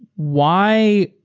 why